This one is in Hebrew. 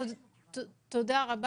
תודה.